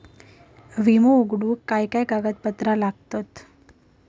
विमो उघडूक काय काय कागदपत्र लागतत?